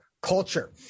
culture